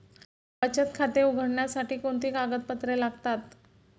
बचत खाते उघडण्यासाठी कोणती कागदपत्रे लागतात?